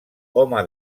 home